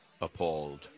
appalled